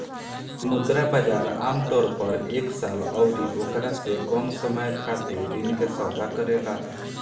मुद्रा बाजार आमतौर पर एक साल अउरी ओकरा से कम समय खातिर ऋण के सौदा करेला